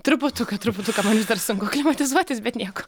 truputuką truputuką vis dar sunku aklimatizuotis bet nieko